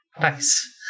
nice